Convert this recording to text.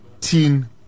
Teen